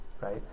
right